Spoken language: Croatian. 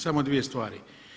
Samo dvije stvari.